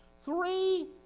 Three